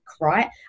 right